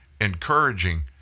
encouraging